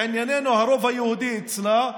לעניינו הרוב היהודי אצלה,